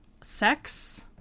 sex